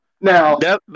Now